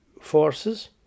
forces